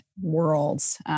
Worlds